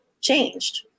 changed